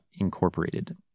Incorporated